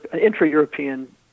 intra-European